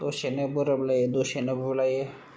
दसेनो बोराबलायो दसेनो बुलायो